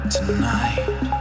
Tonight